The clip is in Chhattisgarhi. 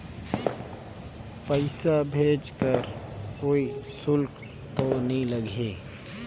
पइसा भेज कर कोई शुल्क तो नी लगही?